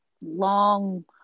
long